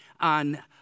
on